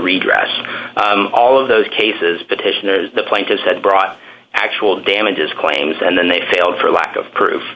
redress all of those cases petitioners the plaintiffs that brought actual damages claims and then they failed for lack of proof